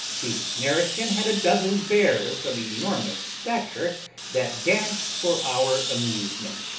the nareskin had a dozen bears of enormous stature that danced for our amusement,